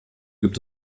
gibt